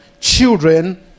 children